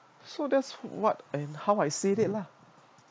so that's what and how I said it lah